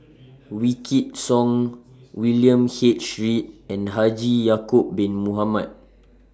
Wykidd Song William H Read and Haji Ya'Acob Bin Mohamed